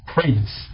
Prince